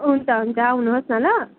हुन्छ हुन्छ आउनुहोस् न ल